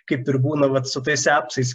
kaip ir būna vat su tais apsais